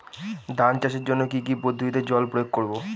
ধান চাষের জন্যে কি কী পদ্ধতিতে জল প্রয়োগ করব?